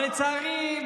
אבל לצערי,